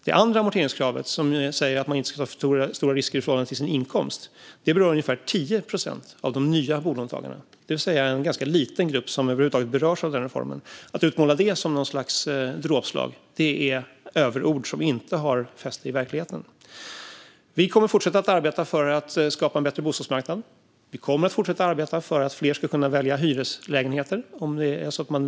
Det andra amorteringskravet som innebär att man inte ska ta för stora risker i förhållande till sin inkomst berör ungefär 10 procent av de nya bolåntagarna. Det är alltså en ganska liten grupp som över huvud taget berörs av denna reform. Att utmåla det som något slags dråpslag är överord som inte har fäste i verkligheten. Vi kommer att fortsätta arbeta för att skapa en bättre bostadsmarknad. Vi kommer att fortsätta arbeta för att fler som vill ska kunna välja hyreslägenheter.